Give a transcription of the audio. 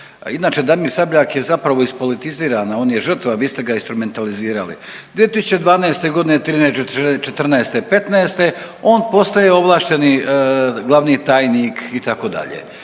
inače Damir Sabljak je zapravo ispolitizirana, on je žrtva, vi ste ga instrumentalizirali. 2012., '13., '14., '15. on postaje ovlašteni glavni tajnik itd.